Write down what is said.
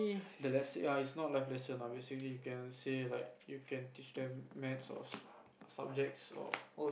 that lesson ya it's not life lessons lah basically you can say like you can teach them maths or subjects or